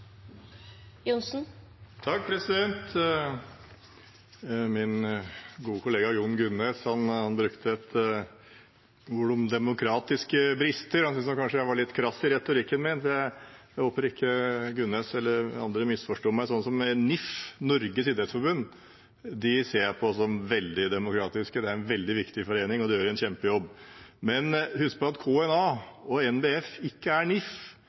Min gode kollega Jon Gunnes brukte uttrykket «demokratiske brister». Han syntes nok kanskje jeg var litt krass i retorikken min. Jeg håper ikke Gunnes eller andre misforsto meg. NIF, Norges idrettsforbund, ser jeg på som veldig demokratiske. Det er en veldig viktig forening, og de gjør en kjempejobb. Men husk at KNA og NBF ikke er